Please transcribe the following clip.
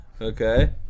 Okay